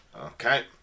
Okay